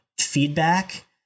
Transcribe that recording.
feedback